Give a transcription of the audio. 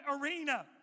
arena